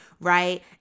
right